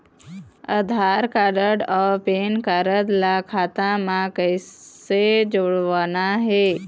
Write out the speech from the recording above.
आधार card अऊ PAN card ला खाता म कइसे जोड़वाना हे?